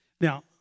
Now